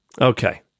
Okay